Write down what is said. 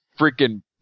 freaking